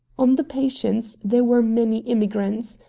on the patience there were many immigrants,